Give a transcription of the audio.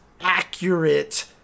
accurate